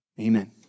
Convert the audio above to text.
amen